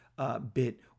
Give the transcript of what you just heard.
Bit